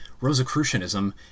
Rosicrucianism